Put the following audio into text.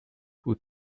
who